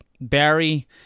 Barry